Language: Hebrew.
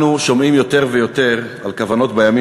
אנחנו שומעים יותר ויותר על כוונות בימין